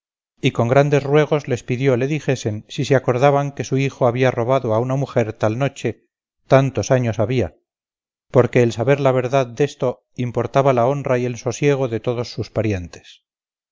y con grandes ruegos les pidió le dijesen si se acordaban que su hijo había robado a una mujer tal noche tanto años había porque el saber la verdad desto importaba la honra y el sosiego de todos sus parientes